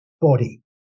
body